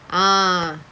okay